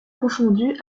confondue